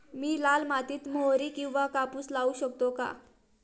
मी लाल मातीत मोहरी किंवा कापूस लावू शकतो का?